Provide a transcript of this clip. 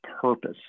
purpose